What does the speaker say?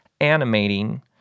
animating